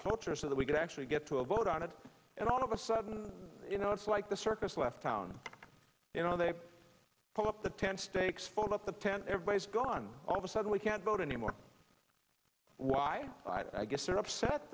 cloture so that we could actually get to a vote on it and all of a sudden you know it's like the circus left town you know they pull up the tent stakes fold up the tent everybody's gone all of a sudden we can't vote anymore why i guess they're upset